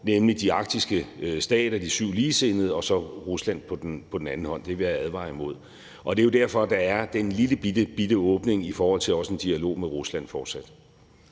nemlig de arktiske stater, de syv ligesindede, og så Rusland på den anden side. Det vil jeg advare imod. Og det er jo derfor, der er den lillebitte åbning i forhold til også fortsat at have en dialog med Rusland.